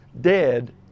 dead